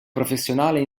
professionale